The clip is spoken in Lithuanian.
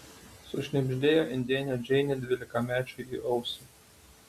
sušnibždėjo indėnė džeinė dvylikamečiui į ausį